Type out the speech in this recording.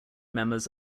members